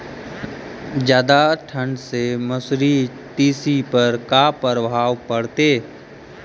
जादा ठंडा से मसुरी, तिसी पर का परभाव पड़तै?